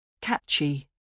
catchy